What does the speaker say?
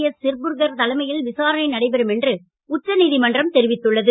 S Sirpurkar தலைமையில் விசாரணை நடைபெறும் என்று உச்ச நீதிமன்றம் தெரிவித்துள்ளது